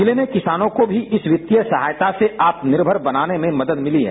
जिले में किसानों को भी इस वित्तीय सहायता से आत्म निर्भर बनाने में मदद मिली है